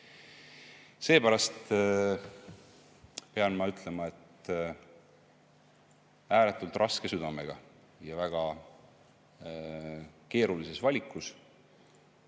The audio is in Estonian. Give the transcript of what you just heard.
Seepärast pean ma ütlema, et ääretult raske südamega ja väga keerulise valikuna